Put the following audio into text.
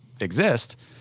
exist